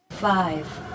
Five